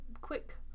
quick